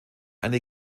eine